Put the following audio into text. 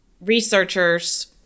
researchers